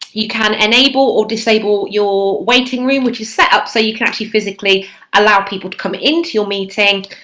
you can enable or disable your waiting room which is set up so you can actually physically allow people to come into your meeting.